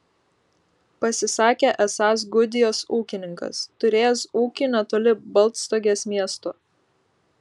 pasisakė esąs gudijos ūkininkas turėjęs ūkį netoli baltstogės miesto